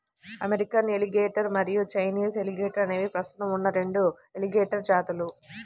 American alligator మరియు Chinese alligator అనేవి ప్రస్తుతం ఉన్న రెండు ఎలిగేటర్ జాతులు